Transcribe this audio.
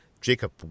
Jacob